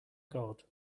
god